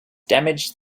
damaged